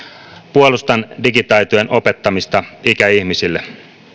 puolustan digitaitojen opettamista ikäihmisille